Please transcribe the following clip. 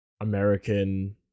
American